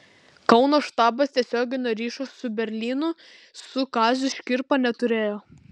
kauno štabas tiesioginio ryšio su berlynu su kaziu škirpa neturėjo